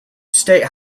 state